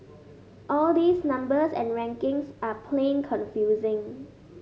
all these numbers and rankings are plain confusing